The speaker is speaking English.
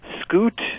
Scoot